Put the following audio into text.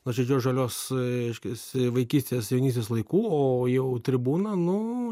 nuoširdžios žalios reiškiasi vaikystės jaunystės laikų o jau tribūna nu